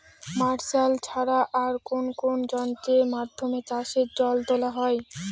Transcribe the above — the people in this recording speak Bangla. মার্শাল ছাড়া আর কোন কোন যন্ত্রেরর মাধ্যমে চাষের জল তোলা হয়?